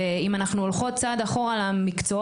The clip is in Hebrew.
ואם אנחנו הולכות צעד אחורה למקצועות,